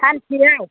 सानसेयाव